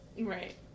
Right